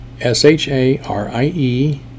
S-H-A-R-I-E